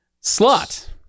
Slot